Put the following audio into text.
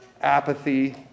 apathy